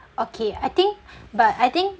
okay I think but I think